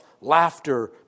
laughter